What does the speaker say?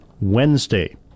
Wednesday